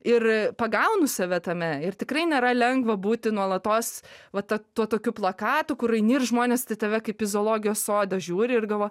ir pagaunu save tame ir tikrai nėra lengva būti nuolatos va ta tuo tokiu plakatu kur eini ir žmonės tave kaip į zoologijos sodą žiūri ir gavoja